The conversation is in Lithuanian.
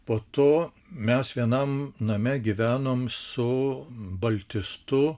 po to mes vienam name gyvenom su baltistu